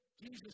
Jesus